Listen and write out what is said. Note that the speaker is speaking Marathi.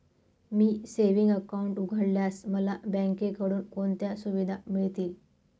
मी सेविंग्स अकाउंट उघडल्यास मला बँकेकडून कोणत्या सुविधा मिळतील?